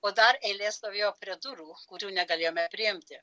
o dar eilė stovėjo prie durų kurių negalėjome priimti